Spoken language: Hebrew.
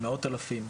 של מאות אלפים,